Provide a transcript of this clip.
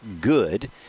good